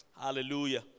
Hallelujah